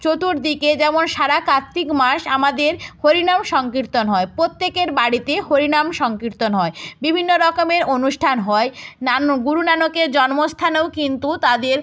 চতুর্দিকে যেমন সারা কার্তিক মাস আমাদের হরিনাম সংকীর্তন হয় প্রত্যেকের বাড়িতে হরিনাম সংকীর্তন হয় বিভিন্ন রকমের অনুষ্ঠান হয় নানো গুরু নানকের জন্মস্থানেও কিন্তু তাদের